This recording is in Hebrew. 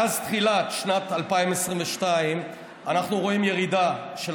מאז תחילת שנת 2022 אנחנו רואים ירידה של